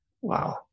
Wow